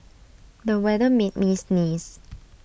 the weather made me sneeze